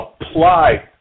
apply